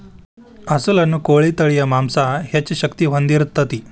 ಅಸೇಲ ಅನ್ನು ಕೋಳಿ ತಳಿಯ ಮಾಂಸಾ ಹೆಚ್ಚ ಶಕ್ತಿ ಹೊಂದಿರತತಿ